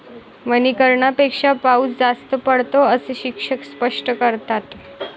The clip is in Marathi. वनीकरणापेक्षा पाऊस जास्त पडतो, असे शिक्षक स्पष्ट करतात